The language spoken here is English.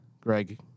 Greg